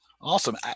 Awesome